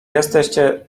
jesteście